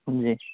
سمجھے